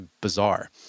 bizarre